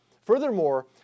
Furthermore